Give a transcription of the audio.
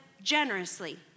generously